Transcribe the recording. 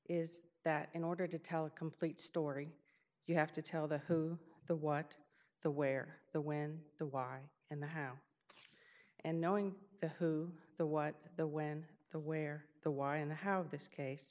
is that in order to tell a complete story you have to tell the who the what the where the when the why and the how and knowing the who the what the when the where the why and the how this case